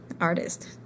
artist